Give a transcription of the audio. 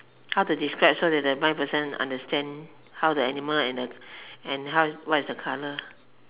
how to describe so that the blind person understand how the animal and the and how what is the colour